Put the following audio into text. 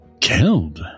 Killed